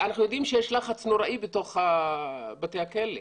אנחנו יודעים שיש לחץ נוראי בתוך בתי הכלא.